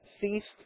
ceased